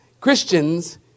Christians